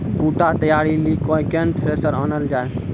बूटा तैयारी ली केन थ्रेसर आनलऽ जाए?